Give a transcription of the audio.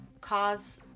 cause